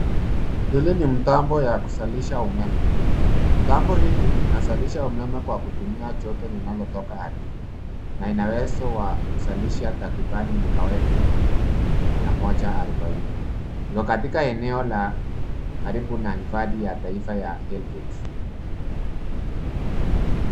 Hili ni mtambo ya kuzalisha umeme. Mtambo hili inazalisha umeme kwa kutumia joto linalotoka ardhini, na ina uwezo wa kuzalisha takriban megaweti, mia moja arubaini. Iko katika eneo la karibu na hifadhi ya taifa ya Hell Gates.